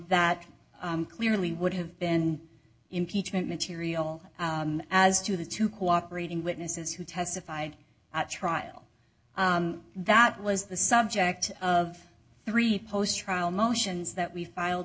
that clearly would have been impeachment material as to the two cooperating witnesses who testified at trial that was the subject of three post trial motions that we filed